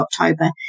October –